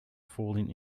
falling